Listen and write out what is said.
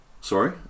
Sorry